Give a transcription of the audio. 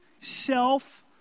self